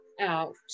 out